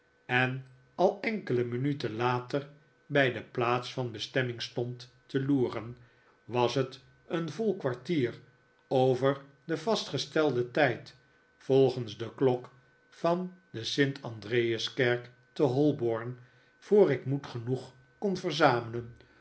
en al enkele minuten later bij de plaats van mijn bestemming stond te loeren was het een vol kwartier over den vastgestelden tijd volgens de klok van de st andreaskerk in holborn voor ik moed genoeg kon verzamelen